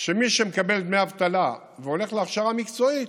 מי שמקבל דמי אבטלה והולך להכשרה מקצועית,